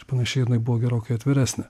ir panašiai jinai buvo gerokai atviresnė